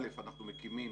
אנחנו מקימים